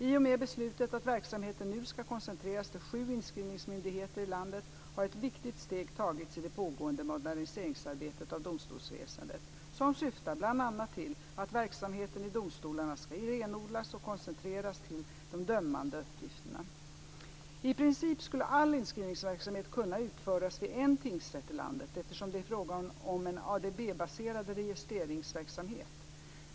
I och med beslutet att verksamheten nu ska koncentreras till sju inskrivningsmyndigheter i landet har ett viktigt steg tagits i det pågående arbetet med modernisering av domstolsväsendet, som syftar bl.a. till att verksamheten i domstolarna ska renodlas och koncentreras till de dömande uppgifterna. I princip skulle all inskrivningsverksamhet kunna utföras vid en tingsrätt i landet eftersom det är fråga om en ADB-baserad registreringsverksamhet.